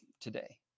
today